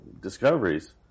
discoveries